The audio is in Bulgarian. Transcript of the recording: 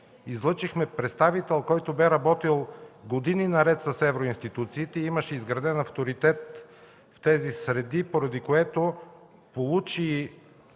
излъчихме представител, който бе работил години наред с евроинституциите и имаше изграден авторитет в тези среди, поради което получи,